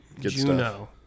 Juno